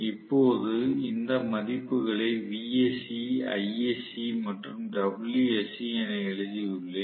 இப்போது இந்த மதிப்புகளை Vsc Isc மற்றும் Wsc என எழுதியுள்ளேன்